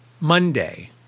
Monday